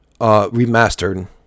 remastered